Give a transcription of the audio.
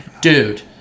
Dude